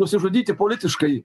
nusižudyti politiškai